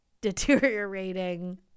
deteriorating